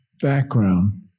background